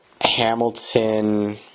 Hamilton